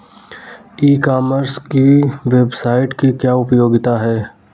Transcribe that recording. ई commerce की website की क्या उपयोगिता है?